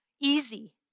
easy